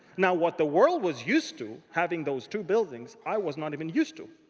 now, what the world was used to, having those two buildings, i was not even used to.